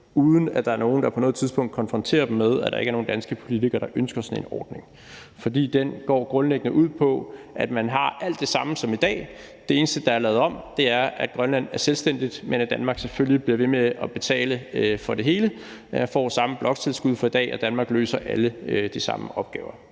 uden at der har været nogen, der på noget tidspunkt har konfronteret dem med, at der ikke er nogen danske politikere, der ønsker sådan en ordning. For den går grundlæggende ud på, at man har alt det samme som i dag – det eneste, der er lavet om, er, at Grønland er selvstændigt, men Danmark bliver selvfølgelig ved med at betale for det hele, og Grønland får samme bloktilskud som i dag, og Danmark løser alle de samme opgaver.